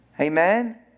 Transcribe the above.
Amen